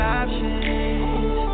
options